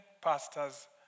pastors